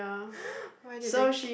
why did they